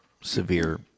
severe